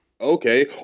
okay